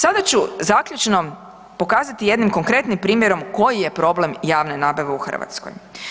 Sada ću zaključno pokazati jednim konkretnim primjerom koji je problem javne nabave u Hrvatskoj.